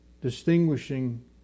distinguishing